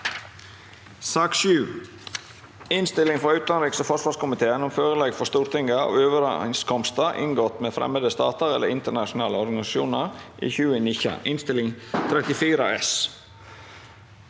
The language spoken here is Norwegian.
Innstilling fra utenriks- og forsvarskomiteen om Forelegg for Stortinget av overenskomster inngått med fremmede stater eller internasjonale organisasjoner i 2019 (Innst. 34